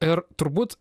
ir turbūt